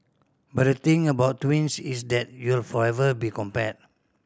but the thing about twins is that you'll forever be compared